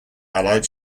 allied